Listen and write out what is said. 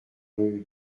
rue